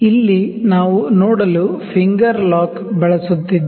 ಇಲ್ಲಿ ನಾವು ನೋಡಲು ಫಿಂಗರ್ ಲಾಕ್ ಬಳಸುತ್ತಿದ್ದೇವೆ